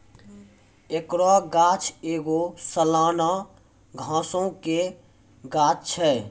एकरो गाछ एगो सलाना घासो के गाछ छै